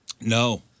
No